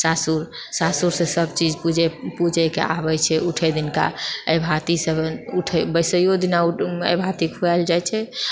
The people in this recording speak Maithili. सासुर सासुरसँ सभ चीज पूजए पूजएके आबैत छै उठै दिनका अहिबाति सभ उठै बैसैओ दिना अहिबाति खुआओल जाइत छै